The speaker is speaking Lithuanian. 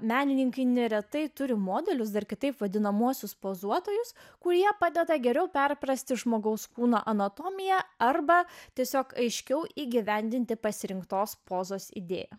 menininkai neretai turi modelius dar kitaip vadinamuosius pozuotojus kurie padeda geriau perprasti žmogaus kūno anatomiją arba tiesiog aiškiau įgyvendinti pasirinktos pozos idėją